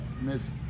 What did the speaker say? Miss